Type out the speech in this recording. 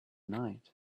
night